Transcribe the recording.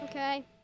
Okay